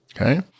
okay